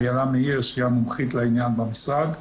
איילה מאיר, שהיא המומחית לעניין במשרד,